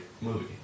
movie